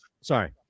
Sorry